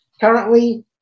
currently